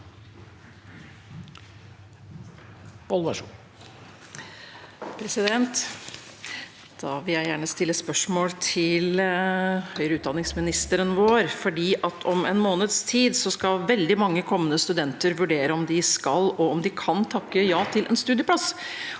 Jeg vil gjerne stille spørsmål til høyere utdanningsministeren vår. Om en måneds tid skal veldig mange kommende studenter vurdere om de skal, og om de kan, takke ja til en studieplass.